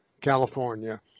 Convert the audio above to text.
California